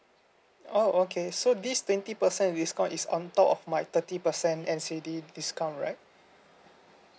oh okay so this twenty percent discount is on top of my thirty percent N_C_D discount right